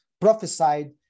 prophesied